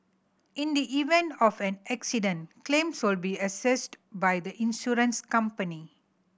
in the event of an accident claims will be assessed by the insurance company